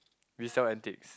resell antiques